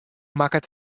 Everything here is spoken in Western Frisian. makket